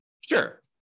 Sure